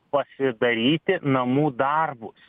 pasidaryti namų darbus